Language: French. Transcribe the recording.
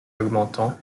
augmentant